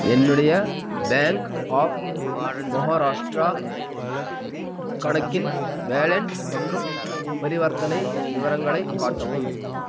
என்னுடைய bank of Maharashtra கணக்கின் balance மற்றும் பரிவர்த்தனை விவரங்களை காட்டவும்